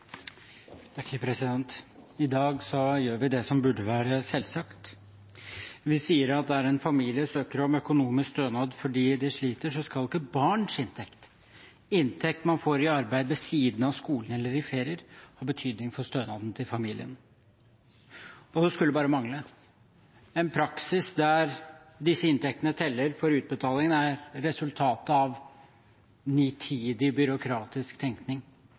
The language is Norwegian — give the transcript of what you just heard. I dag gjør vi det som burde være selvsagt, vi sier at der en familie søker om økonomisk stønad fordi de sliter, skal ikke barns inntekt, inntekt man får i arbeid ved siden av skolen eller i ferier, ha betydning for stønaden til familien – det skulle bare mangle. En praksis der disse inntektene teller for utbetaling, er resultatet av nitid byråkratisk tenkning.